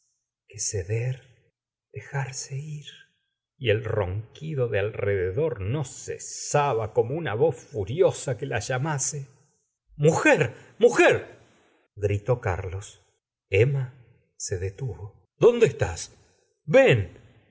ceder dejarse ir y el ronquido de alrededor no cesaba como una voz furiosa que la llamase mujer mujer gritó carlos emma se detuuo dónde estás ven